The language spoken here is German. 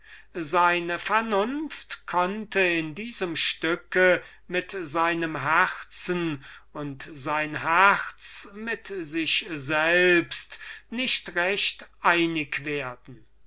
seine vernunft konnte in diesem stücke mit seinem herzen und sein herz mit sich selbst nicht recht einig werden